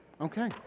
Okay